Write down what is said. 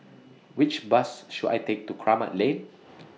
Which Bus should I Take to Kramat Lane